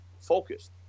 focused